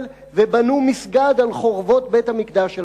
ובנו מסגד על חורבות בית-המקדש שלנו.